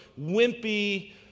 wimpy